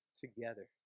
together